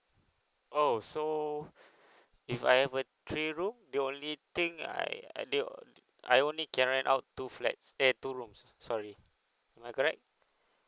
oh so if I have a three room the only thing I I they I only can rent out two flat eh two rooms sorry am I correct